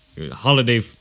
holiday